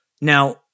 Now